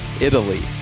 Italy